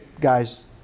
guys